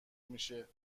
میشه